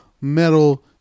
metal